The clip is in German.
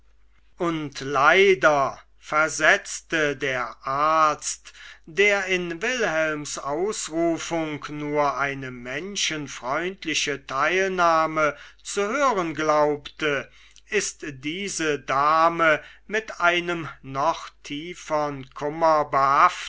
und leider versetzte der arzt der in wilhelms ausrufung nur eine menschenfreundliche teilnahme zu hören glaubte ist diese dame mit einem noch tiefern kummer